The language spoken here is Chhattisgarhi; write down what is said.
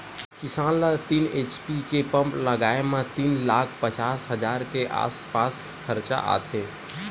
किसान ल तीन एच.पी के पंप लगाए म तीन लाख पचास हजार के आसपास खरचा आथे